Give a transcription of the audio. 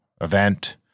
event